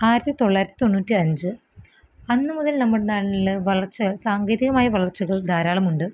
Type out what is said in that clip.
ആയിരത്തിത്തൊള്ളായിരത്തി തൊണ്ണൂറ്റഞ്ച് അന്ന് മുതൽ നമ്മുടെ നാട്ടിൽ വളർച്ചകൾ സാങ്കേതികമായ വളർച്ചകൾ ധാരാളമുണ്ട്